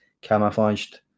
camouflaged